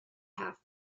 half